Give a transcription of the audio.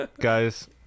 Guys